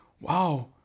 wow